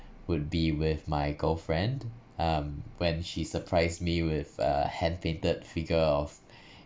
would be with my girlfriend um when she surprised me with a hand painted figure of